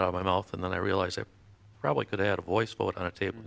out of my mouth and then i realized i probably could add a voice vote on a table